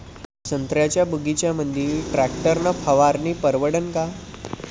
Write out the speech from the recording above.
संत्र्याच्या बगीच्यामंदी टॅक्टर न फवारनी परवडन का?